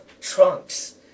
trunks